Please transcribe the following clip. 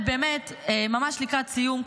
ממש לקראת סיום,